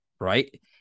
Right